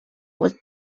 was